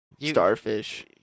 starfish